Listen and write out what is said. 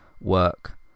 work